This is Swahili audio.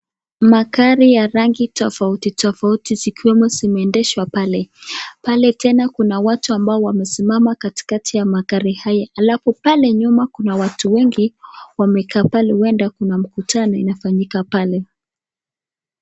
Magari ya rangi tofauti tofauti, zikiwemo zimeendeshwa pale. Pale tena kuna watu ambao wamesimama katikati ya magari haya. Alafu pale nyuma kuna watu wengi wamekaa pale, huenda kuna mkutano inafanyika pale.